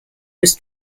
was